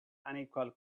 unequal